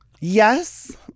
Yes